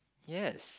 yes